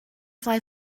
fly